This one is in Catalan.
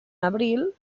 abril